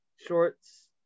shorts